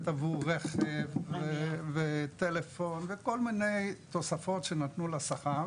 עבור רכב ובגין טלפון וכל מיני תוספות שנתנו לשכר,